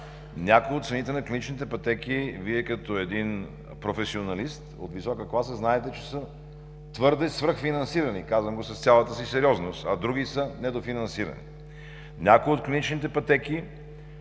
Някои от цените на клиничните пътеки, Вие като професионалист от висока класа знаете, че са твърде свръхфинансирани – казвам го с цялата си сериозност – а други са недофинансирани. Някои от клиничните пътеки